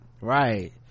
right